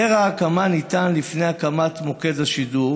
היתר הקמה ניתן לפני הקמת מוקד השידור,